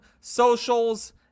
socials